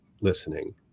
listening